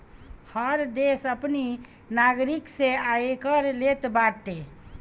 हर देस अपनी नागरिक से आयकर लेत बाटे